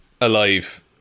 Alive